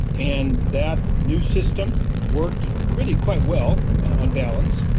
and that new system worked really quite well, on balance,